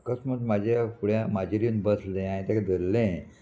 अकस्मात म्हाज्या फुड्या म्हाजेर येवन बसलें हांयें तेका धरलें